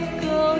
go